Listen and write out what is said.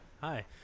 Hi